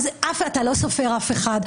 אתה לא סופר אף אחד,